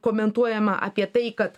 komentuojama apie tai kad